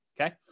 okay